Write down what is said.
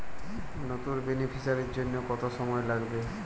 নতুন বেনিফিসিয়ারি জন্য কত সময় লাগবে?